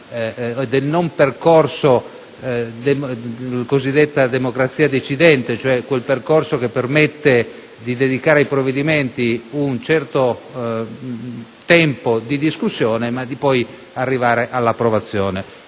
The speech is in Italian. il percorso della cosiddetta democrazia decidente, cioè quel percorso che permette di dedicare ai provvedimenti un certo tempo di discussione per poi arrivare all'approvazione.